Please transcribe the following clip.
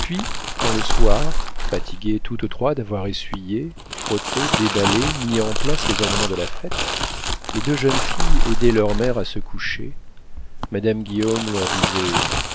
puis quand le soir fatiguées toutes trois d'avoir essuyé frotté déballé mis en place les ornements de la fête les deux jeunes filles aidaient leur mère à se coucher madame guillaume leur disait